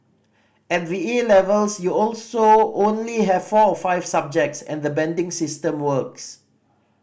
at the A levels you also only have four or five subjects and the banding system works